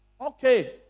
Okay